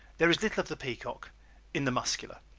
there is little of the peacock in the muscular.